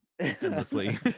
endlessly